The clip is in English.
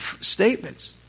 statements